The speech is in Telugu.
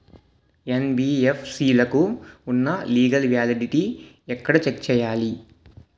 యెన్.బి.ఎఫ్.సి లకు ఉన్నా లీగల్ వ్యాలిడిటీ ఎక్కడ చెక్ చేయాలి?